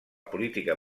política